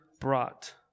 brought